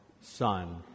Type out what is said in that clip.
Son